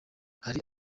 hari